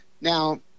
now